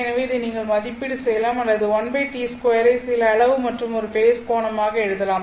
எனவே இதை நீங்கள் மதிப்பீடு செய்யலாம் அல்லது 1T2 ஐ சில அளவு மற்றும் ஒரு ஃபேஸ் கோணமாக எழுதலாம்